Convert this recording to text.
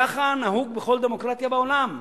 כך נהוג בכל דמוקרטיה בעולם.